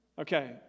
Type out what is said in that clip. Okay